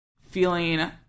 Feeling